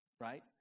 Right